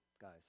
guys